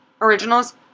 originals